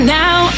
now